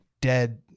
dead